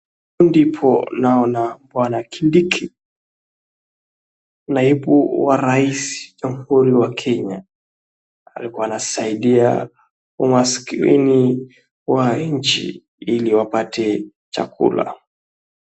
Ndipo naona bwana Kindiki, naibu wa raisi wa jamhuri ya Kenya. Alikuwa anasaidia maskini wa nchi ili wapate chakula.